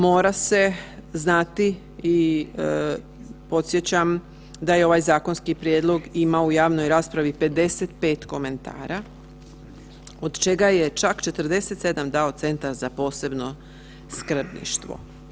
Mora se znati i podsjećam da je ovaj zakonski prijedlog imao u javnoj raspravi 55 komentara od čega je čak 47 dao centar za posebno skrbništvo.